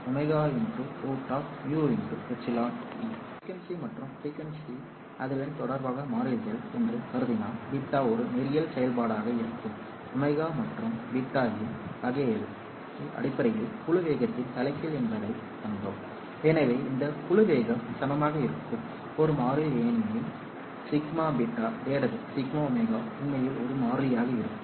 அதிர்வெண்மற்றும் frequency அதிர்வெண் தொடர்பாக மாறிலிகள் என்று கருதினால் β ஒரு நேரியல் செயல்பாடாக இருக்கும் ω மற்றும் β இன் வகைக்கெழு அடிப்படையில் குழு வேகத்தின் தலைகீழ் என்பதைக் கண்டோம் எனவே இந்த குழு வேகம் சமமாக இருக்கும் ஒரு மாறிலி ஏனெனில் δ β δω உண்மையில் ஒரு மாறிலியாக இருக்கும்